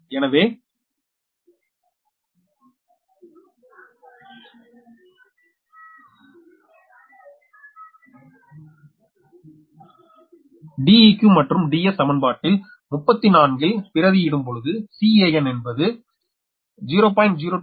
எனவே Deq மற்றும் Ds சமன்பாடு 34ல் பிரதியிடும்பொழுதுCan என்பது 0